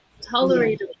tolerate